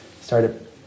started